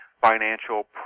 financial